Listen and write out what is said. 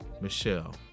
Michelle